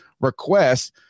requests